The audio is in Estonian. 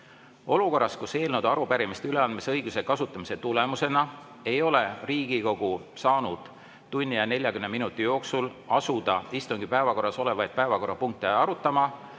Olukorras, kus eelnõude ja arupärimiste üleandmise õiguse kasutamise tulemusena ei ole Riigikogu saanud tunni ja 40 minuti jooksul asuda istungi päevakorras olevaid päevakorrapunkte arutama,